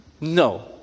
No